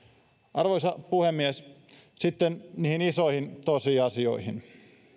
arvoisa puhemies sitten niihin isoihin tosiasioihin